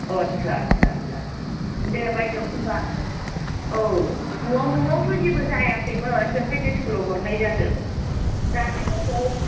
अ आस्सा आस्सा आस्सा दे बायदेव होमब्ला औ न'आव न'आवथ' जेबो जायाखैमोन बेखायनो स्कुलाव हरनायजादों जानायब्लाथ'